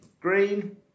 Green